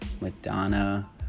Madonna